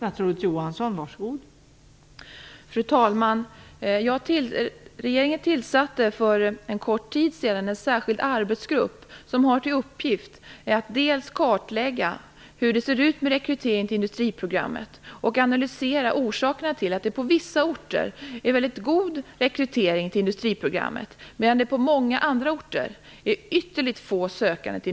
Fru talman! Regeringen tillsatte för en kort tid sedan en särskild arbetsgrupp som har till uppgift att kartlägga hur det ser ut med rekryteringen till industriprogrammet och analysera orsakerna till att det på vissa orter är väldigt god rekrytering till industriprogrammet medan det på många andra orter är ytterligt få sökande.